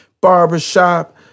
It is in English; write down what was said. barbershop